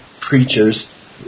preachers